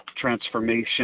transformation